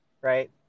right